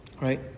right